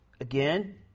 Again